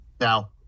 Now